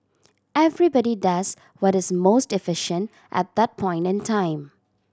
everybody does what is most efficient at that point in time